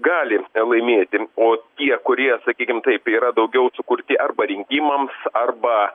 gali laimėti o tie kurie sakykim taip yra daugiau sukurti arba rinkimams arba